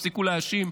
ותפסיקו להאשים,